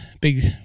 big